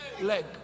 leg